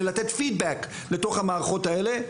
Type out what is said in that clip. ולתת פידבק לתוך המערכות האלה,